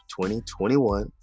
2021